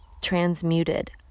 transmuted